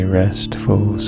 restful